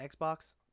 Xbox